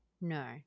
No